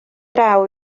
draw